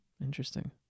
Interesting